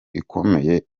ikomeye